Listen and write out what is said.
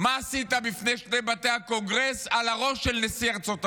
מה עשית בפני שני בתי הקונגרס על הראש של נשיא ארצות הברית.